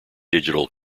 digital